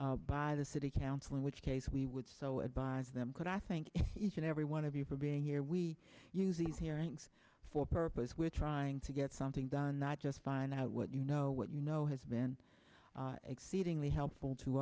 least by the city council in which case we would so advise them but i think each and every one of you for being here we use these hearings for purpose we're trying to get something done not just find out what you know what you know has been exceedingly helpful to